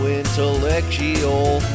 intellectual